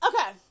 Okay